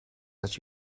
that